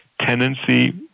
tendency